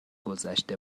گذشت